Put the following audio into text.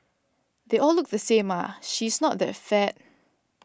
they all look the same ah she's not that fat